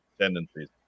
tendencies